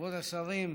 כבוד השרים,